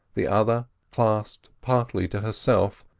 the other clasped partly to herself,